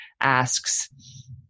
asks